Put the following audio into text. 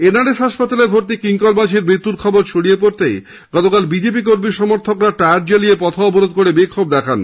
N R S হাসপাতালে ভর্তি কিংকর মাঝির মৃত্যুর খবর ছড়িয়ে পড়তেই বিজেপি কর্মী সমর্থকরা টায়ার জ্বালিয়ে পথ অবরোধ করে বিক্ষোভ দেখায়